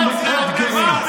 אני מאוד גאה,